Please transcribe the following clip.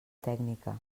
tècnica